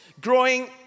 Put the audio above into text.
growing